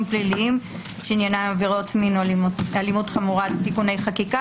פליליים שעניינם עבירות מין או אלימות חמורה) (תיקוני חקיקה),